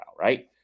right